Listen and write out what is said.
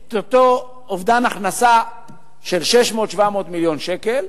את אותו אובדן הכנסה של 600 700 מיליון שקל,